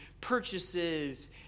purchases